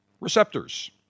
receptors